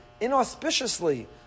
inauspiciously